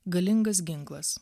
galingas ginklas